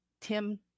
Tim